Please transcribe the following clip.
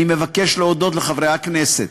אני מבקש להודות לחברי הכנסת,